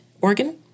organ